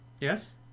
yes